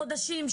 חודשים,